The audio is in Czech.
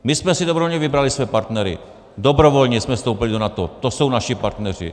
My jsme si dobrovolně vybrali své partnery, dobrovolně jsme vstoupili do NATO, to jsou naši partneři.